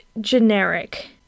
generic